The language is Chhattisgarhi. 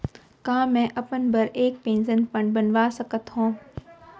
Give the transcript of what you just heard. का मैं अपन बर एक पेंशन फण्ड बनवा सकत हो?